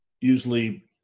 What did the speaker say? usually